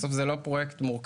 בסוף זה לא פרויקט מורכב.